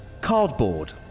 cardboard